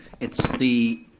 it's the,